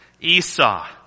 Esau